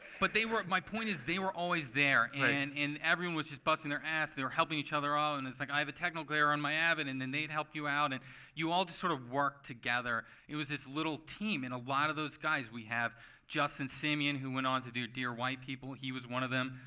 but they were my point is they were always there. and everyone was just busting their ass. they were helping each other out. and it's like, i have a technical error on my avid, and then they'd help you out. and you all just sort of worked together. it was this little team. and a lot of those guys we have justin simien, who went on to do dear white people. he was one of them.